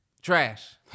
Trash